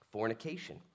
fornication